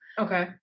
okay